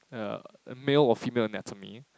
err male or female anatomy